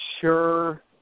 sure